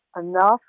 enough